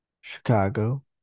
Chicago